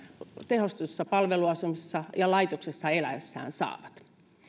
tehostetussa palveluasumisessa ja laitoksessa eläessään saavat